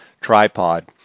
tripod